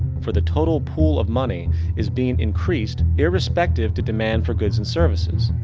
for the total pool of money is being increased irrespective to demand for goods and services.